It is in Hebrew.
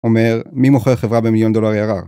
אומר, מי מוכר חברה במיליון דולר ARR?